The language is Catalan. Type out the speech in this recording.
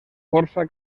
força